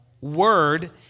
word